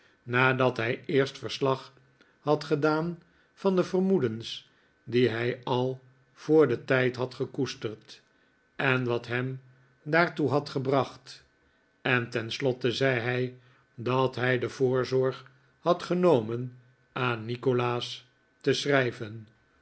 nadat hij eerst verslag had gedaan van de vermoedens die hij al voor dien tijd had gekoesterd en wat hem daartoe had gebracht en tenslotte zei hij dat hij de voorzorg had genomen aan nikolaas te schrijven